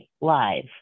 Live